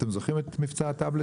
אתם זוכרים את מבצע הטאבלטים?